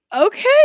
Okay